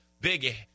big